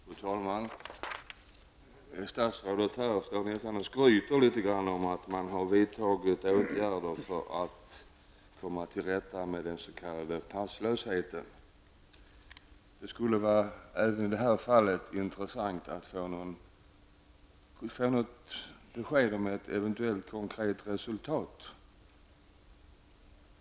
Fru talman! Statsrådet står nästan här och skryter litet grand om att regeringen har vidtagit åtgärder för att komma till rätta med den s.k. passlösheten. Det skulle även i detta fall vara intressant att få något besked om ett eventuellt konkret resultat.